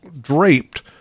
draped